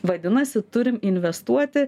vadinasi turim investuoti